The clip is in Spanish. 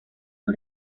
los